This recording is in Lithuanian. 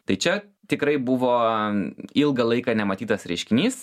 tai čia tikrai buvo ilgą laiką nematytas reiškinys